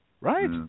Right